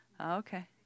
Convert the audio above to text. Okay